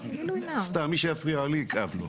סתם, מי שיפריע לי יכאב לו.